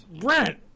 Brent